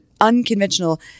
unconventional